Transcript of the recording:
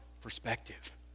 perspective